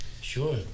Sure